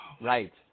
Right